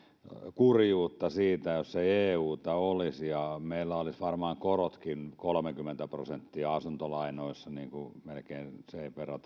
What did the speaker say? kurjuutta siitä jos ei euta olisi ja meillä olisi varmaan asuntolainoissa korotkin kolmekymmentä prosenttia niin kuin melkein sen verran